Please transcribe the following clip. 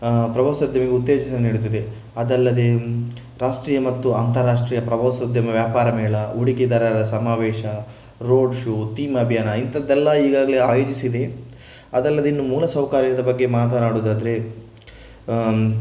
ಪ್ರವಾಸೋದ್ಯಮಕ್ಕೆ ಉತ್ತೇಜನ ನೀಡುತ್ತಿದೆ ಅದಲ್ಲದೆ ರಾಷ್ಟೀಯ ಮತ್ತು ಅಂತಾರಾಷ್ಟ್ರೀಯ ಪ್ರವಾಸೋದ್ಯಮ ವ್ಯಾಪಾರ ಮೇಳ ಹೂಡಿಕೆದಾರರ ಸಮಾವೇಶ ರೋಡ್ ಶೋ ಥೀಮ್ ಅಭಿಯಾನ ಇಂಥದ್ದೆಲ್ಲ ಈಗಾಗಲೇ ಆಯೋಜಿಸಿದೆ ಅದಲ್ಲದೆ ಇನ್ನು ಮೂಲಸೌಕರ್ಯದ ಬಗ್ಗೆ ಮಾತನಾಡುವುದಾದ್ರೆ